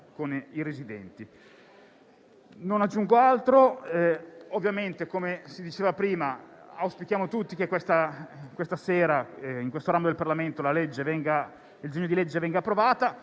Non aggiungo altro. Ovviamente, come si diceva prima, auspichiamo tutti che questa sera, in questo ramo del Parlamento, il disegno di legge venga approvato.